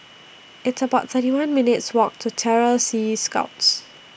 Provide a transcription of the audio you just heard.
It's about thirty one minutes' Walk to Terror Sea Scouts